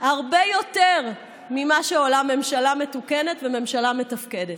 הרבה יותר ממה שעולה ממשלה מתוקנת וממשלה מתפקדת.